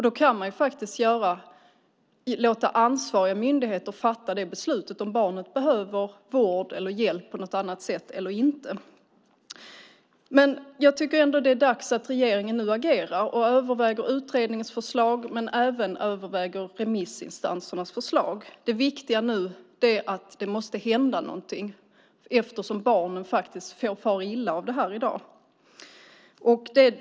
Då kan man låta ansvariga myndigheter fatta beslut om att barnet behöver vård eller hjälp på något annat sätt eller inte. Jag tycker att det är dags att regeringen nu agerar och överväger utredningens förslag men även överväger remissinstansernas förslag. Det viktiga är att det måste hända någonting, eftersom barnen far illa av det här i dag.